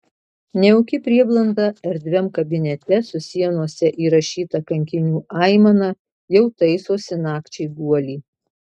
nejauki prieblanda erdviam kabinete su sienose įrašyta kankinių aimana jau taisosi nakčiai guolį